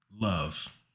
love